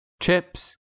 chips